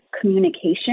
communication